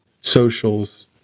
socials